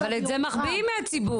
אבל את זה מחביאים מהציבור,